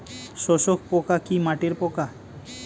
শোষক পোকা কি মাটির পোকা?